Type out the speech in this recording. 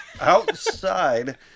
outside